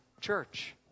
church